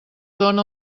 dóna